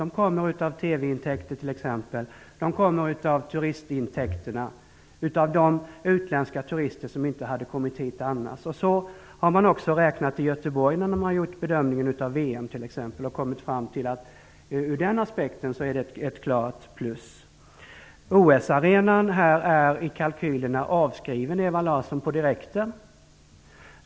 De kommer av t.ex. TV-intäkter och turistintäkterna från de utländska turister som inte kommit hit annars. Så har man t.ex. också räknat i Göteborg när man har gjort bedömningen av VM. Ur den aspekten är det ett klart plus. OS-arenan är i kalkylerna avskriven på direkten, Ewa Larsson.